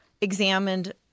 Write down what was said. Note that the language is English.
examined